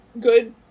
good